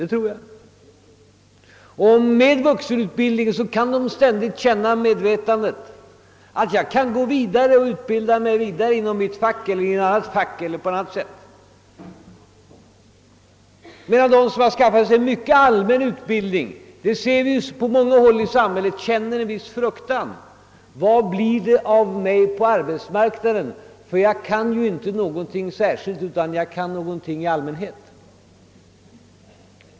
De kan också ständigt vara medvetna om att de med hjälp av vuxenutbildningen kan utbilda sig vidare inom sitt fack, gå över till ett nytt fack eller på annat sätt utbilda sig. De som däremot skaffat sig en mycket allmän utbildning — det ser vi på många håll i samhället — känner en viss fruktan: Vad blir det av mig på arbetsmarknaden? Jag kan ingenting särskilt, utan har bara allmänna kunskaper.